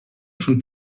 schon